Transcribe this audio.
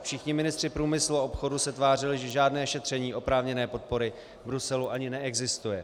Všichni ministři průmyslu a obchodu se tvářili, že žádné šetření oprávněné podpory v Bruselu ani neexistuje.